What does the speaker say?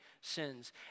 sins